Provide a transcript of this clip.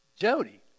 Jody